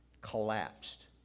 collapsed